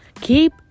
Keep